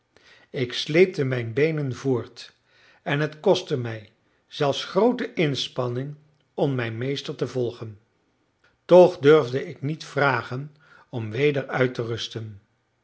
ik sleepte mijn beenen voort en het kostte mij zelfs groote inspanning om mijn meester te volgen toch durfde ik niet vragen om weder uit te rusten